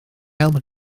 helpu